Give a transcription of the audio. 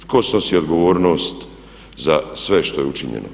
Tko snosi odgovornost za sve što je učinjeno?